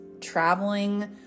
traveling